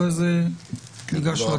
אחרי זה, ניגש להצבעה.